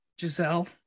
Giselle